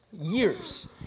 years